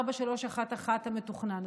4311 המתוכנן,